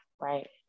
right